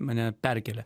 mane perkelia